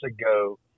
ago